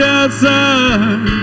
outside